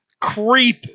creep